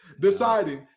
Deciding